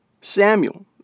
Samuel